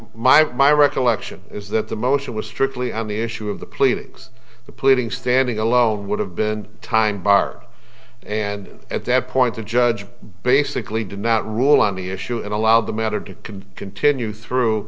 my my recollection is that the motion was strictly on the issue of the pleadings the pleadings standing alone would have been time bar and at that point the judge basically did not rule on the issue and allowed the matter to can continue through